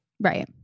Right